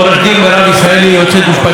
היועצת המשפטית של ועדת החינוך,